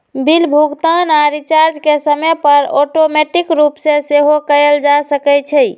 bill भुगतान आऽ recharge के समय पर ऑटोमेटिक रूप से सेहो कएल जा सकै छइ